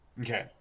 Okay